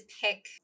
pick